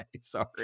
sorry